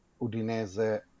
Udinese